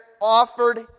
offered